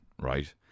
right